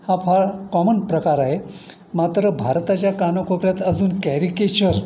हा फार कॉमन प्रकार आहे मात्र भारताच्या कानाकोपऱ्यात अजून कॅरिकेचर